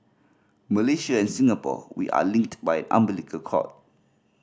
Malaysia and Singapore we are linked by an umbilical cord